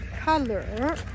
color